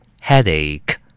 Headache